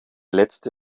letzte